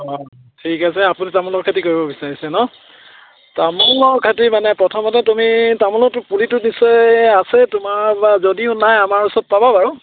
অঁ ঠিক আছে আপুনি তামোলৰ খেতি কৰিব বিচাৰিছে ন তামোলৰ খেতি মানে প্ৰথমতে তুমি তামোলৰতো পুলিটো নিশ্চয় আছে তোমাৰ বা যদিও নাই আমাৰ ওচৰত পাব বাৰু